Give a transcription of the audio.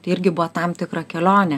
tai irgi buvo tam tikra kelionė